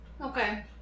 Okay